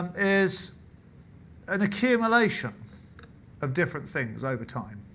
is an accumulation of different things over time.